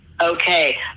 okay